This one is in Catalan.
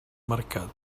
mercat